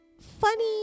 funny